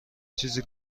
چیزی